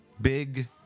Big